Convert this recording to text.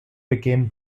became